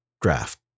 draft